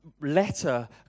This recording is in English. letter